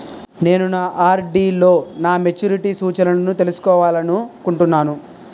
నేను నా ఆర్.డి లో నా మెచ్యూరిటీ సూచనలను తెలుసుకోవాలనుకుంటున్నాను